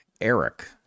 Eric